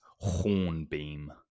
Hornbeam